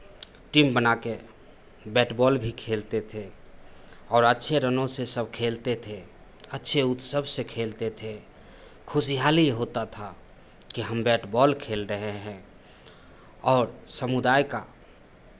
team बना के bat ball भी खेलते थे और अच्छे रनों से सब खेलते थे अच्छे उत्सव से खेलते थे खुशहाली होता था कि हम बैट बॉल खेल रहे हैं और समुदाय का